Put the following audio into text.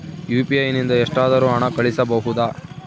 UPI ನಿಂದ ಎಷ್ಟಾದರೂ ಹಣ ಕಳಿಸಬಹುದಾ?